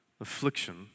affliction